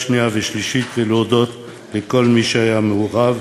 שנייה ושלישית ולהודות לכל מי שהיה מעורב.